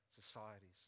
societies